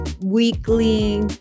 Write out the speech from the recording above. weekly